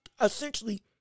essentially